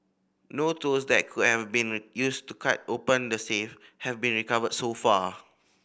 no tools that could have been used to cut open the safe have been recovered so far